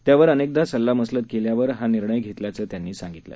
त्यावरअनेकदासल्लामसलतकेल्यावरहानिर्णयघेतल्याचंत्यांनीसांगितलं